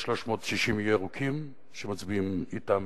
יש 360 ירוקים שמצביעים אתם